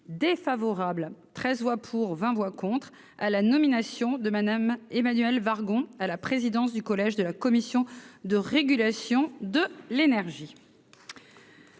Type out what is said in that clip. défavorable par vingt voix contre, et treize voix pour, à la nomination de Mme Emmanuelle Wargon à la présidence du collège de la Commission de régulation de l'énergie.